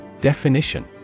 Definition